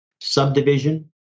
subdivision